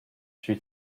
she